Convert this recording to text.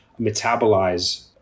metabolize